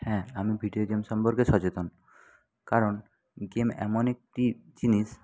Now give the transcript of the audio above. হ্যাঁ আমি video game সম্পর্কে সচেতন কারণ গেম এমন একটি জিনিস